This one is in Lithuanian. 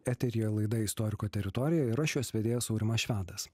eteryje laida istoriko teritorija ir aš jos vedėjas aurimas švedas